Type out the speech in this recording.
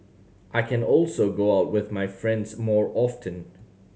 I can also go out with my friends more often